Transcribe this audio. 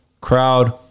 Crowd